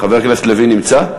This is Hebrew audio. ישיב חבר הכנסת לוין נמצא?